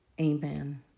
Amen